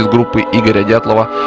ah upi igor dyatlov.